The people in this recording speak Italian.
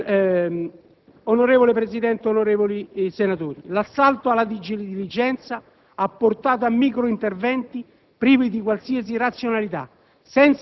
Onorevole Presidente, onorevoli senatori, l'assalto alla diligenza ha portato a microinterventi privi di qualsiasi razionalità,